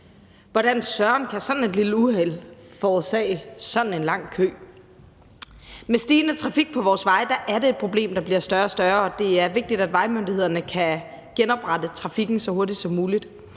søren kan sådan et lille uheld forårsage sådan en lang kø? Med stigende trafik på vores veje er det et problem, der bliver større og større, og det er vigtigt, at vejmyndighederne kan genoprette trafikken så hurtigt som muligt.